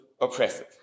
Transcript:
oppressive